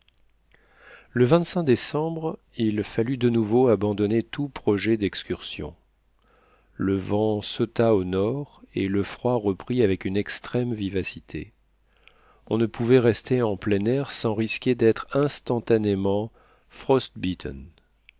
le décembre il fallut de nouveau abandonner tout projet d'excursion le vent sauta au nord et le froid reprit avec une extrême vivacité on ne pouvait rester en plein air sans risquer d'être instantanément frost bitten